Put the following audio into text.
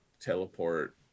teleport